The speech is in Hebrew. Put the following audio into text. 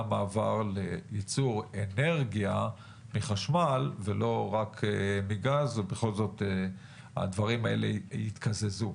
מעבר לייצור אנרגיה מחשמל ולא רק מגז ובכל זאת הדברים האלה יתקזזו.